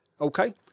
okay